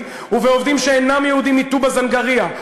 ובעובדים שאינם יהודים מטובא-זנגרייה,